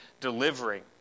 delivering